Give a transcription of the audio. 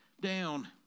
down